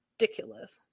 Ridiculous